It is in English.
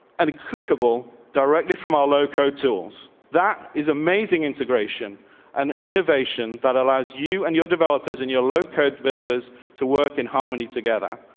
and clickable directly from our loco tools. that is amazing integration on and innovation that allows you and your developers in your low code wilder's toe work in harmony together.